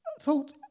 thought